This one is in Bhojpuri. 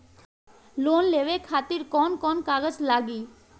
लोन लेवे खातिर कौन कौन कागज लागी?